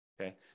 okay